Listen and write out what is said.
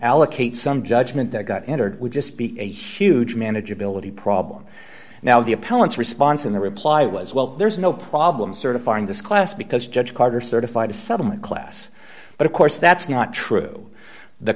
allocate some judgment that got entered would just be a huge manageability problem now the appellant's response in the reply was well there's no problem certifying this class because judge carter certified a settlement class but of course that's not true the